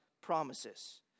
promises